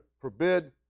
forbid